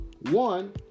One